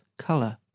color